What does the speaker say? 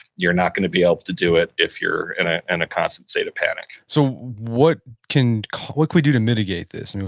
you're not going to be able to do it if you're in a and constant state of panic so what can we do to mitigate this?